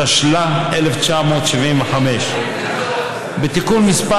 התשל"ה 1975. בתיקון מס'